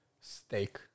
Steak